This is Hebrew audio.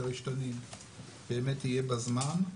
כריש-תנין באמת יהיה בזמן,